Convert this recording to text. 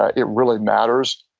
ah it really matters.